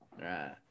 right